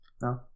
no